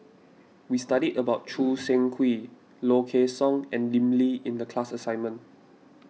we studied about Choo Seng Quee Low Kway Song and Lim Lee in the class assignment